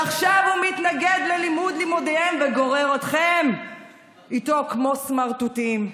ועכשיו הוא מתנגד למימון לימודיהם וגורר אתכם איתו כמו סמרטוטים.